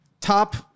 top